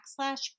backslash